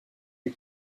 les